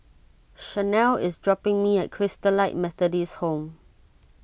Shanelle is dropping me at Christalite Methodist Home